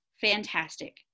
fantastic